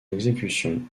exécution